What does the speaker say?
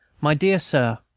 my dear sir.